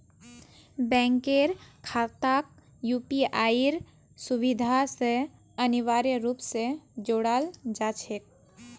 बैंकेर खाताक यूपीआईर सुविधा स अनिवार्य रूप स जोडाल जा छेक